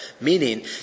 Meaning